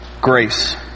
grace